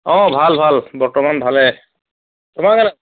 অ ভাল ভাল বৰ্তমান ভালে তোমাৰ কেনে